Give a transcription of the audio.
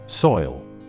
Soil